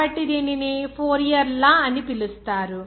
కాబట్టి దీనిని Fourier law అని పిలుస్తారు